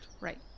Right